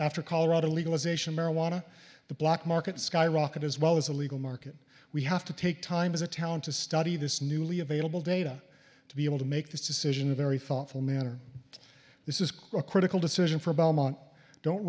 after colorado legalization marijuana the black market skyrocket as well as a legal market we have to take time as a town to study this newly available data to be able to make this decision a very thoughtful manner this is critical decision for belmont don't